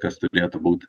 kas turėtų būti